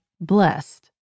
blessed